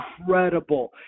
incredible